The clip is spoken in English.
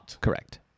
Correct